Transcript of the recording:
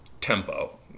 tempo